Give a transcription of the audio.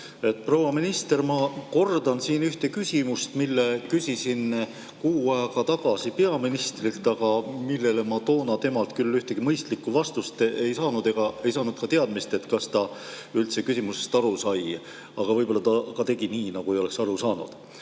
Proua minister! Ma kordan siin ühte küsimust, mille küsisin kuu aega tagasi peaministrilt, aga millele ma toona temalt küll ühtegi mõistlikku vastust ei saanud ega saanud ka teadmist, kas ta üldse küsimusest aru sai. Võib-olla ta lihtsalt tegi nii, nagu ei oleks aru saanud.